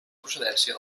procedència